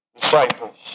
disciples